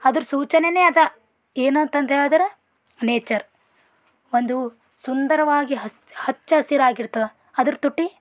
ಅದರ ಸೂಚನೆನೆ ಅದ ಏನಂತಂದು ಹೇಳದ್ರೆ ನೇಚರ್ ಒಂದು ಸುಂದರವಾಗಿ ಹ ಹಚ್ಚ ಹಸಿರಾಗಿ ಇರ್ತದೆ ಅದರ ತುಟಿ